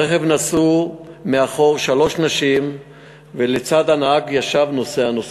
ברכב נסעו מאחור שלוש נשים ולצד הנהג ישב נוסע נוסף.